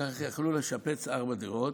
כך יכלו לשפץ ארבע דירות,